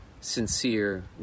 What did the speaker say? sincere